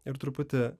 ir truputį